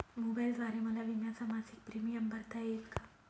मोबाईलद्वारे मला विम्याचा मासिक प्रीमियम भरता येईल का?